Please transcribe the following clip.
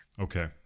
okay